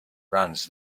runs